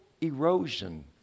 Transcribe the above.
erosion